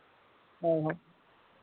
ᱦᱳᱭ